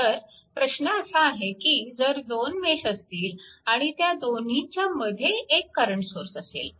तर प्रश्न असा आहे की जर दोन मेश असतील आणि त्या दोन्हीच्यामध्ये एक करंट सोर्स असेल